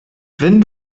wenn